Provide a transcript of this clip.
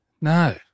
No